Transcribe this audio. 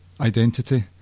identity